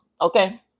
Okay